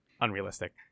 unrealistic